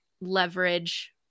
leverage